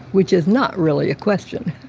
which is not really a question